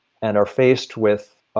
and are faced with